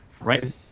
Right